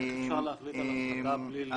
איך אפשר להחליט על הצגה בלי לראות, נכון?